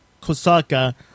Kosaka